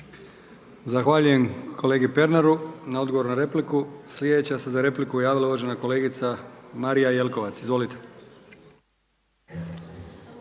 Zahvaljujem kolegi Pernaru na odgovoru na repliku. Sljedeća se za repliku javila uvažena kolegica Marija Jelkovac, izvolite.